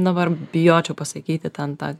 dabar bijočiau pasakyti ten tą